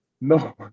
no